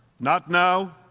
not now,